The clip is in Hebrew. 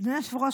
אדוני היושב-ראש,